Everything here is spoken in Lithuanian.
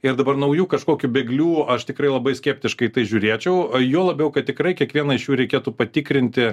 ir dabar naujų kažkokių bėglių aš tikrai labai skeptiškai į tai žiūrėčiau o juo labiau kad tikrai kiekvieną iš jų reikėtų patikrinti